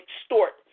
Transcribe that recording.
extort